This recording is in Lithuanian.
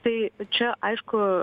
tai čia aišku